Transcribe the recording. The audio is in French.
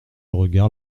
regard